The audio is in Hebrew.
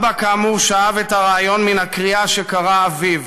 אבא, כאמור, שאב את הרעיון מן הקריעה שקרע אביו,